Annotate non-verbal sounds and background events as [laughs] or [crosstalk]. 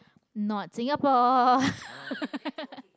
[breath] not singapore [laughs]